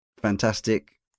fantastic